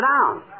down